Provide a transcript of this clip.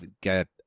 get